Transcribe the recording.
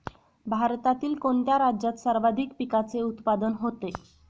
भारतातील कोणत्या राज्यात सर्वाधिक पिकाचे उत्पादन होते?